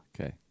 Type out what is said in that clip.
Okay